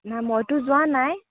নাই মইতো যোৱা নাই